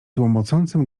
łomocącym